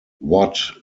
what